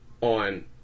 on